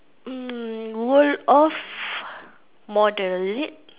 mm world of model is it